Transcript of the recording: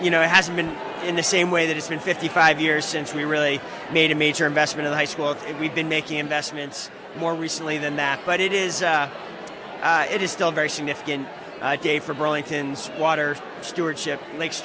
you know has been in the same way that it's been fifty five years since we really made a major investment in high school and we've been making investments more recently than that but it is it is still very significant day for burlington's water stewardship